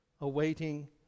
awaiting